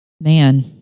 Man